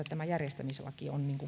tämä järjestämislaki on